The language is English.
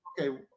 okay